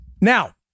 Now